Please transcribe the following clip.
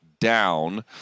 down